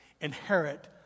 inherit